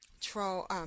troll